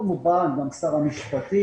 כמובן גם שר המשפטים.